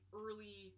early